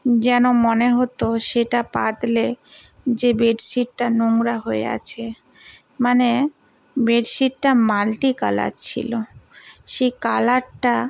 যেন মনে হতো সেটা পাতলে যে বেডশিটটা নোংরা হয়ে আছে মানে বেডশিটটা মাল্টি কালার ছিল সেই কালারটা